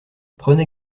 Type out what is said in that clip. prenez